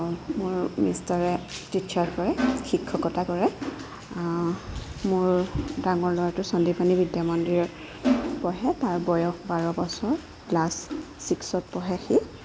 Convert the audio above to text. মোৰ মিষ্টাৰে টিছাৰ কৰে শিক্ষকতা কৰে মোৰ ডাঙৰ লৰাটো চণ্ডীপনী বিদ্যা মন্দিৰত পঢ়ে তাৰ বয়স বাৰ বছৰ ক্লাছ ছিক্সত পঢ়ে সি